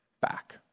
back